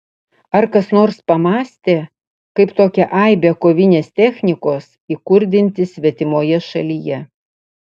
ar kas nors pamąstė kaip tokią aibę kovinės technikos įkurdinti svetimoje šalyje